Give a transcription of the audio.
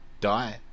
die